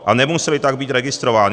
A nemuseli tak být registrovány.